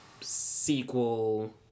sequel